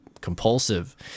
compulsive